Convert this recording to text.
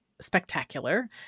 spectacular